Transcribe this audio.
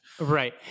Right